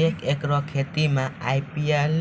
एक एकरऽ खेती मे आई.पी.एल